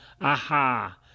Aha